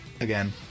again